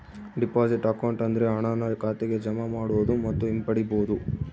deposit account ಅಂದ್ರೆ ಹಣನ ಖಾತೆಗೆ ಜಮಾ ಮಾಡೋದು ಮತ್ತು ಹಿಂಪಡಿಬೋದು